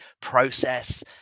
process